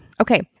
Okay